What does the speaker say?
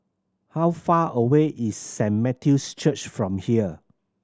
how far away is Saint Matthew's Church from here